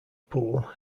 pool